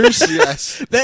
Yes